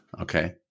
Okay